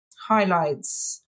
highlights